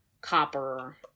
copper